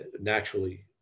naturally